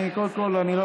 אני לא יודע,